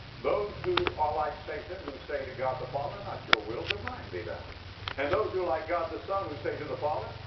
those who are like satan who say to god the father, not your will but mine be done and those who like god the son who say to the father,